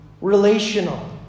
relational